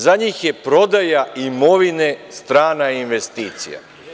Za njih je prodaja imovine strana investicija.